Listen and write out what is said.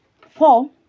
Four